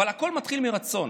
אבל הכול מתחיל מרצון.